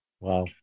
Wow